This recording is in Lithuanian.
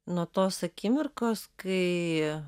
nuo tos akimirkos kai